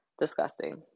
Disgusting